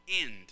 end